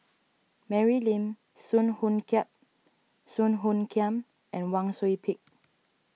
Mary Lim Song Hoot Song Hoot Kiam and Wang Sui Pick